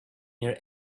near